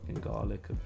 garlic